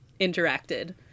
interacted